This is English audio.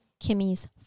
Kimmy's